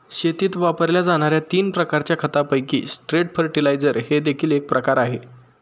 शेतीत वापरल्या जाणार्या तीन प्रकारच्या खतांपैकी स्ट्रेट फर्टिलाइजर हे देखील एक प्रकार आहे